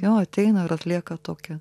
jo ateina ir atlieka tokią